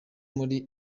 muri